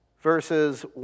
verses